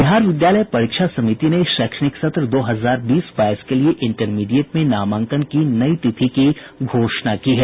बिहार विद्यालय परीक्षा समिति ने शैक्षणिक सत्र दो हजार बीस बाईस के लिये इंटरमीडिएट में नामांकन की नई तिथि की घोषणा की है